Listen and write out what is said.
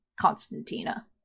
Constantina